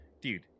dude